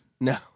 No